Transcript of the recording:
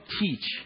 teach